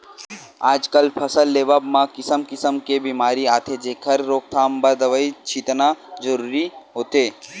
आजकल फसल लेवब म किसम किसम के बेमारी आथे जेखर रोकथाम बर दवई छितना जरूरी होथे